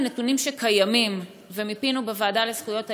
מנתונים שקיימים ומיפינו בוועדה לזכויות הילד,